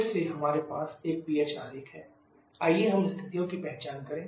फिर से हमारे पास एक Ph आरेख है आइए हम स्थितियों की पहचान करें